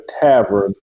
tavern